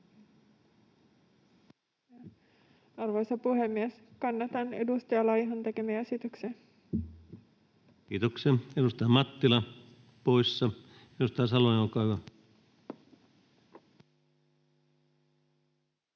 Arvoisa puhemies! Kannatan edustaja Laihon tekemiä esityksiä. Kiitoksia. — Edustaja Mattila poissa. — Edustaja Salonen, olkaa hyvä.